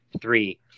three